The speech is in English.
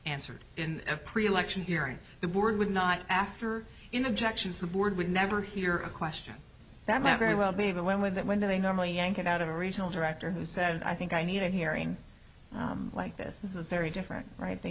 answered in a pre election hearing the board would not after in objections the board would never hear a question that might very well be even when with that when they normally yank it out of a regional director who said i think i need a hearing like this is very different right they